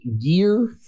gear